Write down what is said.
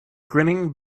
grinning